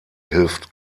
hilft